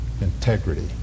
Integrity